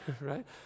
right